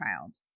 child